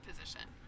position